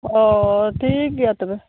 ᱚᱻ ᱴᱷᱤᱠ ᱜᱮᱭᱟ ᱛᱚᱵᱮ